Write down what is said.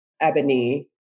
Ebony